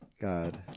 god